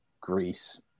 greece